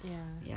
ya